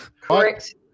Correct